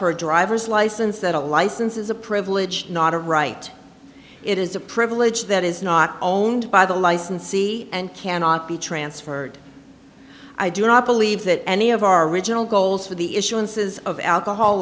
for a driver's license that a license is a privilege not a right it is a privilege that is not owned by the licensee and cannot be transferred i do not believe that any of our original goals for the issuances of alcohol